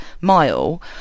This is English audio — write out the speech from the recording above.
mile